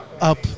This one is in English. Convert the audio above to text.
up